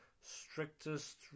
strictest